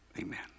amen